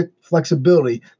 flexibility